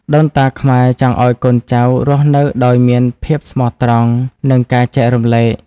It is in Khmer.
ដូនតាខ្មែរចង់ឱ្យកូនចៅរស់នៅដោយមានភាពស្មោះត្រង់ និងការចែករំលែក។